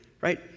right